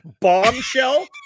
Bombshell